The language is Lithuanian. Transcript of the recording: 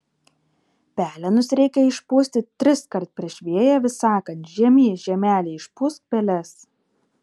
pelenus reikia išpūsti triskart prieš vėją vis sakant žiemy žiemeli išpūsk peles